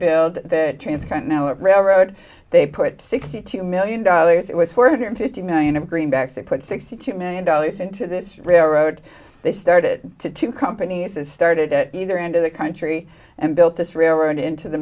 build the transcontinental railroad they put sixty two million dollars it was four hundred fifty million of greenbacks they put sixty two million dollars into this railroad they started to two companies that started at either end of the country and built this railroad into the